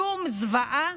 שום זוועה,